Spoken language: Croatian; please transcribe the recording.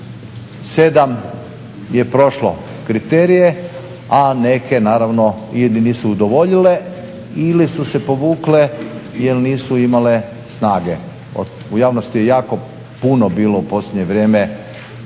sedam je prošlo kriterije, a neke naravno ili nisu udovoljile ili su se povukle jer nisu imale snage. U javnosti je jako puno bilo u posljednje vrijeme